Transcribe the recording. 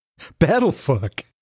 Battlefuck